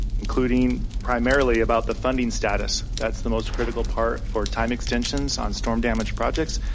including primarily about the funding status. that's the most critical part for time extensions on storm damage projects.